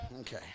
okay